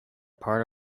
part